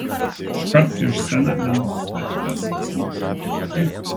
iškart prieš sceną nenustatytas asmuo šaukė ginklas